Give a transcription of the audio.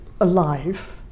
alive